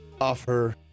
offer